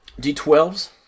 d12s